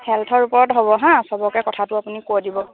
হেল্থৰ ওপৰত হ'ব হাঁ চবকে কথাটো আপুনি কৈ দিব